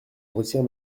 retire